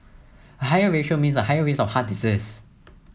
a higher ratio means a higher risk of heart disease